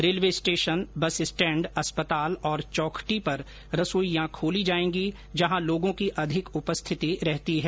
railway station bus stand अस्पताल और चौखटी पर रसोइयां खोली जाएंगी जहां लोगों की अधिक उपस्थिति रहती है